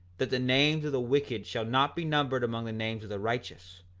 that the names of the wicked shall not be numbered among the names of the righteous,